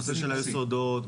ביסודות,